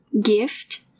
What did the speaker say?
Gift